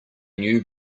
new